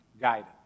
guidance